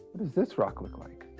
does this rock look like?